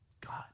God